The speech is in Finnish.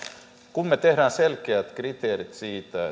kun me teemme selkeät kriteerit siitä